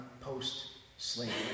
post-slavery